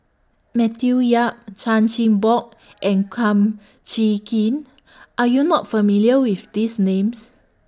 Matthew Yap Chan Chin Bock and Kum Chee Kin Are YOU not familiar with These Names